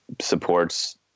supports